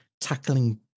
tackling